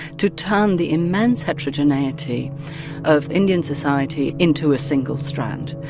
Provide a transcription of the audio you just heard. to turn the immense heterogeneity of indian society into a single strand.